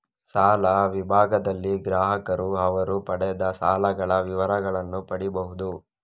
ಸಾಲ ವಿಭಾಗದಲ್ಲಿ ಗ್ರಾಹಕರು ಅವರು ಪಡೆದ ಸಾಲಗಳ ವಿವರಗಳನ್ನ ಪಡೀಬಹುದು